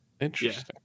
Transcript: interesting